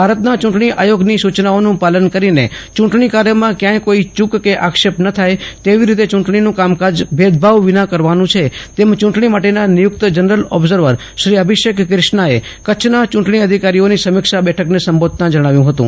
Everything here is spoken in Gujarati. ભારતના ચૂંટણી આયોગની સૂચનાઓનું પાલન કરીને ચૂંટણી કાર્યમાં કથાંથ કોઇ ચૂક કે આક્ષેપ ન થાય તેવી રીતે યૂંટણીનું કામકાજ ભેદભાવ વિના કરવાનું છે તેમ યૂંટણી માટેના નિયુકત જનરલ ઓબ્ઝર્વર શ્રી અભિષેક ક્રિષ્નાએ કચ્છના ચૂંટણી અધિકારીઓની સમીક્ષા બેઠકને સંબોધતાં જણાવ્યું હતું